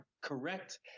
correct